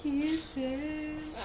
Kisses